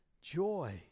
joy